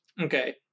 Okay